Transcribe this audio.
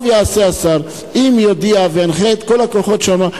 טוב יעשה השר אם יודיע וינחה את כל הכוחות שם,